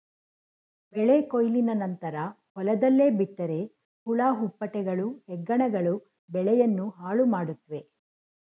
ಬೆಳೆ ಕೊಯ್ಲಿನ ನಂತರ ಹೊಲದಲ್ಲೇ ಬಿಟ್ಟರೆ ಹುಳ ಹುಪ್ಪಟೆಗಳು, ಹೆಗ್ಗಣಗಳು ಬೆಳೆಯನ್ನು ಹಾಳುಮಾಡುತ್ವೆ